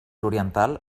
oriental